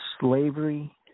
slavery